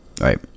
Right